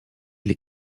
les